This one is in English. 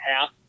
half